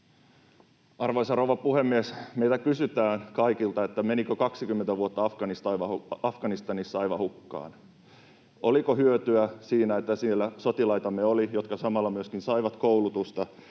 Arvoisa rouva puhemies! Meiltä kaikilta kysytään, menikö 20 vuotta Afganistanissa aivan hukkaan, oliko hyötyä siitä, että siellä oli sotilaitamme, jotka samalla myöskin saivat koulutusta,